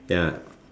ya